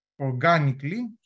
organically